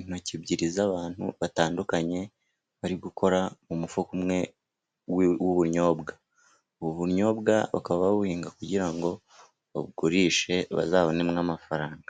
intoki ebyiri z'abantu batandukanye, bari gukora mu mufuka umwe w'ubunyobwa. Ubu bunyobwa bakaba babuhinga kugira ngo babugurishe bazabonemo amafaranga.